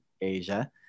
Asia